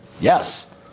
yes